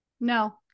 no